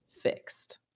fixed